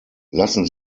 lassen